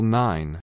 nine